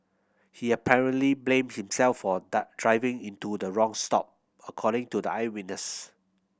he apparently blamed himself for a driving into the wrong stop according to the eyewitness